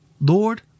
Lord